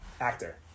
actor